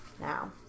now